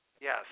Yes